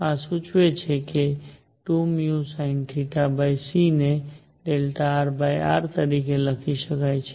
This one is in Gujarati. આ સૂચવે છે કે 2vsinθc ને Δrrતરીકે લખી શકાય છે